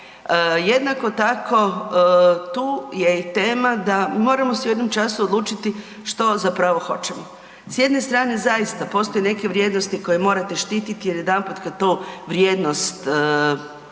Jednako tako, tu je i tema da, moramo se u jednom času odlučiti što zapravo hoćete. S jedne strane, zaista, postoje neke vrijednosti koje morate štititi jer, jedanput kad tu vrijednost